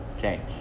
change